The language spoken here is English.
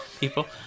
people